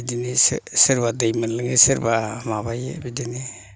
बिदिनो सो सोरबा दै मोनलोङो सोरबा माबायो बिदिनो